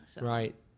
Right